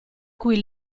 cui